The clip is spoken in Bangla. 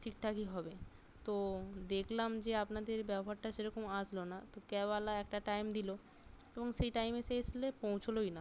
ঠিকঠাকই হবে তো দেখলাম যে আপনাদের ব্যবহারটা সেরকম আসলো না তো ক্যাবওয়ালা একটা টাইম দিলো এবং সেই টাইমে সে এসলে পৌঁছোলোই না